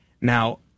Now